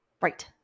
Right